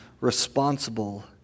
responsible